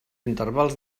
intervals